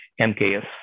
MKS